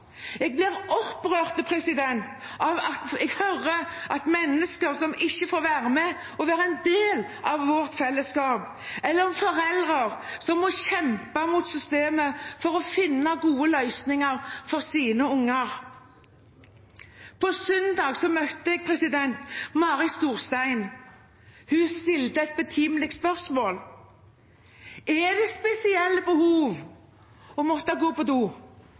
Jeg blir opprørt når jeg hører om mennesker som ikke får være med og være en del av vårt fellesskap, eller om foreldre som må kjempe mot systemet for å finne gode løsninger for sine unger. På søndag møtte jeg Mari Storstein. Hun stilte et betimelig spørsmål: «Er det spesielle behov å måtte gå på do,